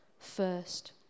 first